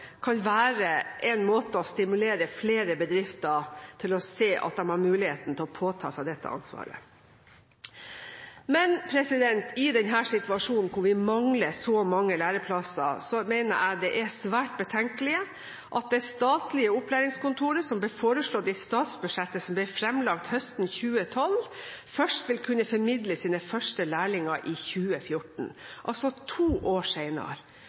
kan være en måte å stimulere bedrifter på til å se at de har muligheten til å påta seg dette ansvaret. I denne situasjonen, hvor vi mangler så mange læreplasser, mener jeg det er svært betenkelig at det statlige opplæringskontoret som ble foreslått i statsbudsjettet som ble fremlagt høsten 2012, først vil kunne formidle sine første lærlinger i 2014, altså to år